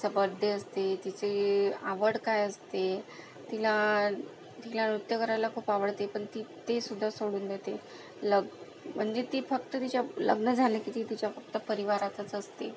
तिचा birthday असते तिची आवड काय असते तिला तिला नृत्य करायला खूप आवडते पण ती ते सुद्धा सोडून देते लग म्हणजे ती फक्त तिच्या लग्न झालं की ती तिच्या फक्त परिवारातच असते